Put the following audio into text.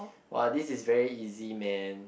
!wow! this is very easy man